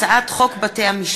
הצעת חוק בתי-המשפט